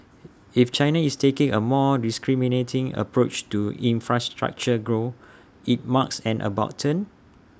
if China is taking A more discriminating approach to infrastructure growth IT marks an about turn